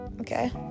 Okay